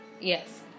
Yes